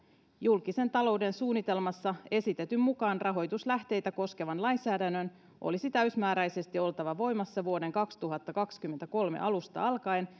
julkisen talouden suunnitelmassa esitetyn mukaan rahoituslähteitä koskevan lainsäädännön olisi täysmääräisesti oltava voimassa vuoden kaksituhattakaksikymmentäkolme alusta alkaen